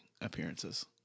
appearances